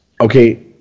Okay